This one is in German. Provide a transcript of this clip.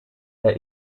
der